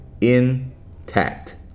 intact